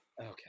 Okay